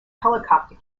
helicopter